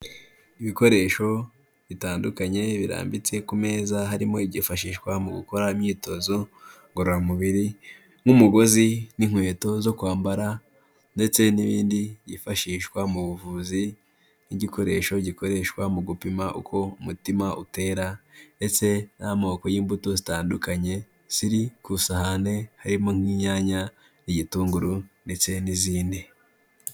Ibikoresho bitandukanye birambitse ku meza, harimo ibyifashishwa mu gukora imyitozo ngororamubiri, nk'umugozi n'inkweto zo kwambara, ndetse n'ibindi byifashishwa mu buvuzi, nk'igikoresho gikoreshwa mu gupima uko umutima utera, ndetse n'amoko y'imbuto zitandukanye ziri ku isahani harimo nk'inyanya n'igitunguru ndetse n'izindi.